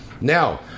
Now